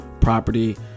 property